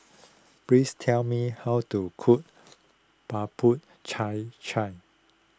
please tell me how to cook Bubur Cha Cha